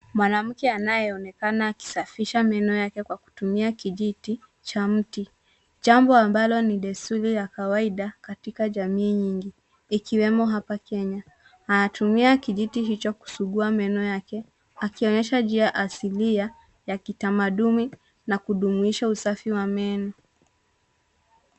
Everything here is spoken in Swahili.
Mwanamke anayeonekana akisafisha meno yake kwa kutumia kijiti cha mti jambo ambalo ni desturi ya kawaida katika jamii nyingi ikiwemo hapa Kenya. Anatumia kijiti hicho kusugua meno yake akionyesha njia asilia ya kitamaduni na kudumisha usafi wa meno.